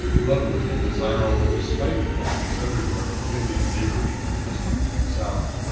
lovely and desirable despite the presence everywhere of alien neighbors from the district to the south.